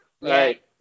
right